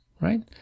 right